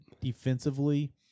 defensively